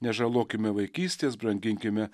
nežalokime vaikystės branginkime